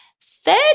Third